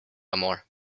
amor